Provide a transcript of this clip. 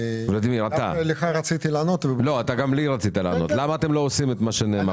למה אתם לא עושים את מה שנאמר?